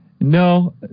no